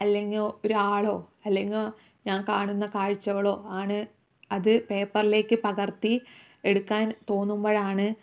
അല്ലെങ്കിൽ ഒരു ആളോ അല്ലെങ്കിൽ ഞാൻ കാണുന്ന കാഴ്ചകളോ ആണ് അത് പേപ്പറിലേക്ക് പകർത്തി എടുക്കാൻ തോന്നുമ്പോഴാണ്